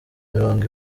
imirongo